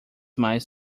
mais